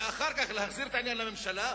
ואחר כך להחזיר את העניין לממשלה.